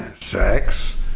sex